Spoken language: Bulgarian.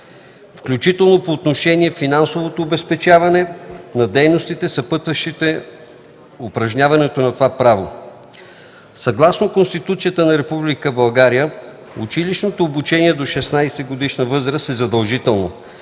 включително по отношение финансовото обезпечаване на дейностите, съпътстващи упражняването на това право. Съгласно Конституцията на Република България училищното обучение до 16-годишна възраст е задължително.